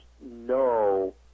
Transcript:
no